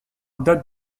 date